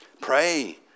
pray